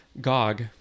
Gog